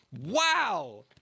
Wow